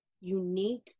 unique